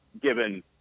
given